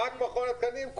רק מכון התקנים?